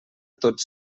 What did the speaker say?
tots